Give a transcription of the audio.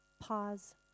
pause